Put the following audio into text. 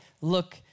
look